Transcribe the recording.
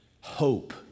hope